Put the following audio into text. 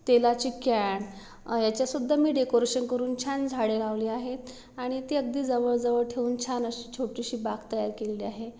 तेलाची कॅन याच्यात सुद्धा मी डेकोरेशन करून छान झाडे लावली आहेत आणि ती अगदी जवळ जवळ ठेऊन छान अशी छोटीशी बाग तयार केलेली आहे